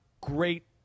great